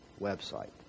website